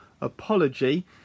apology